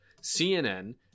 CNN